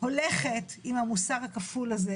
הולכת עם המוסר הכפול הזה,